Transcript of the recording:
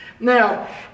now